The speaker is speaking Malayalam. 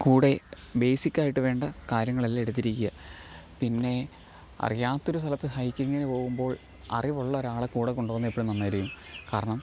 കൂടെ ബേസിക്കായിട്ടു വേണ്ട കാര്യങ്ങളെല്ലാം എടുത്തിരിക്കാണ് പിന്നെ അറിയാത്തൊരു സ്ഥലത്ത് ഹൈക്കിംഗിനു പോകുമ്പോൾ അറിവുള്ളൊരാളെ കൂടെ കൊണ്ട് പോകുന്ന എപ്പോഴും നന്നായിരിക്കും കാരണം